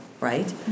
right